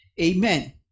Amen